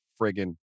friggin